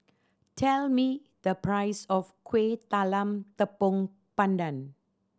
tell me the price of Kuih Talam Tepong Pandan